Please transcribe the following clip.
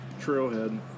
Trailhead